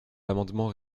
amendements